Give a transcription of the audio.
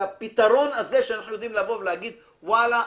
לפתרון הזה שאנחנו יודעים לבוא ולהגיד וואלה,